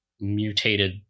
mutated